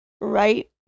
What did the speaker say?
right